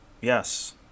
Yes